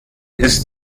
ist